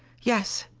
yes.